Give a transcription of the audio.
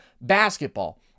basketball